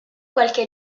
qualche